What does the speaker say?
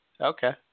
Okay